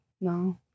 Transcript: No